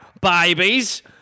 Babies